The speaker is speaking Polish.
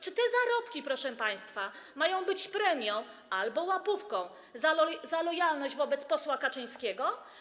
Czy te zarobki, proszę państwa, mają być premią albo łapówką za lojalność wobec posła Kaczyńskiego?